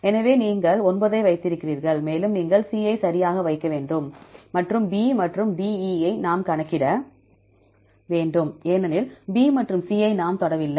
எனவே இங்கே நீங்கள் 9 ஐ வைத்திருக்கிறீர்கள் மேலும் நீங்கள் C ஐ சரியாக வைக்க வேண்டும் மற்றும் B மற்றும் DE ஐ நாம் கணக்கிட வேண்டும் ஏனெனில் B மற்றும் C ஐ நாம் தொடவில்லை